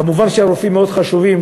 כמובן שהרופאים מאוד חשובים,